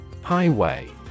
Highway